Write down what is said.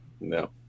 no